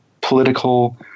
political